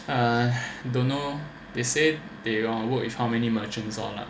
uh I don't know they said they got work with how many merchants lor